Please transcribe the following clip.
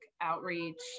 outreach